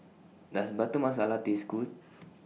Does Butter Masala Taste Good